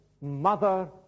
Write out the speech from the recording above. Mother